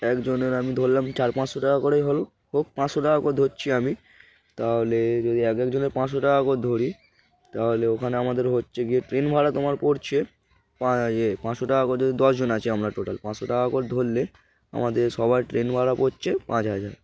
একজনের আমি ধরলাম চার পাঁচশো টাকা করেই হলো হোক পাঁচশো টাকা করে ধরছি আমি তাহলে যদি এক একজনের পাঁচশো টাকা করে ধরি তাহলে ওখানে আমাদের হচ্ছে গিয়ে ট্রেন ভাড়া তোমার পড়ছে পা ইয়ে পাঁচশো টাকা করে যে দশজন আছে আমরা টোটাল পাঁচশো টাকা করে ধরলে আমাদের সবার ট্রেন ভাড়া পড়ছে পাঁচ হাজার